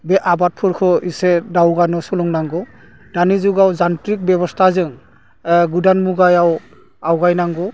बे आबादफोरखौ इसे दावगानो सोलोंनांगौ दानि जुगाव जान्थ्रिग बेब'स्थाजों गुदान मुगायाव आवगायनांगौ